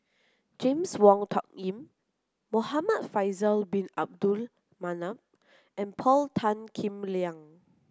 James Wong Tuck Yim Muhamad Faisal bin Abdul Manap and Paul Tan Kim Liang